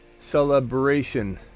Celebration